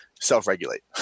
self-regulate